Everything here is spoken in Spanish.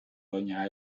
doña